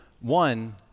One